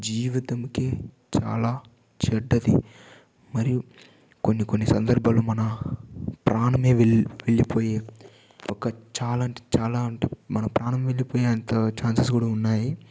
జీవితంకే చాలా చెడ్డది మరియు కొన్ని కొన్ని సందర్భాలు మన ప్రాణమే వెళ్ళిపోయే ఒక చాలా అంటే చాలా అంట మన ప్రాణమే వెళ్ళిపోయేంత ఛాన్సెస్ కూడా ఉన్నాయి